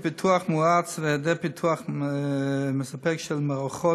הערה במקום.